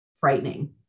frightening